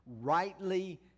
rightly